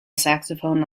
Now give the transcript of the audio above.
saxophone